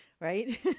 right